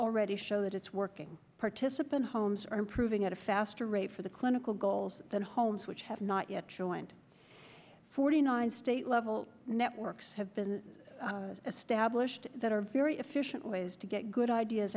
already show that it's working participant homes are improving at a faster rate for the clinical goals than homes which have not yet joined forty nine state level networks have been established that are very efficient ways to get good ideas